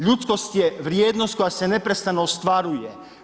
Ljudskost je vrijednost koja se neprestano ostvaruje.